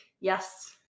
Yes